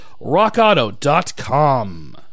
Rockauto.com